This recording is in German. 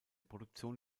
produktion